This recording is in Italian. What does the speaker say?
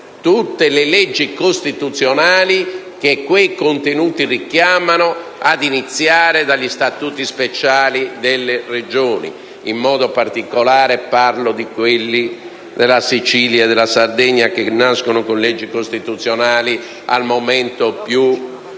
tutte le leggi costituzionali che quei contenuti richiamano, ad iniziare dagli Statuti speciali delle Regioni. Mi riferisco in modo particolare a quelli della Sicilia e della Sardegna che nascono con leggi costituzionali, al momento più